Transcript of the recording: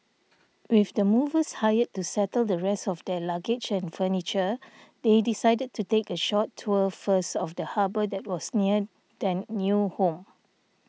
with the movers hired to settle the rest of their luggage and furniture they decided to take a short tour first of the harbour that was near their new home